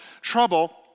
trouble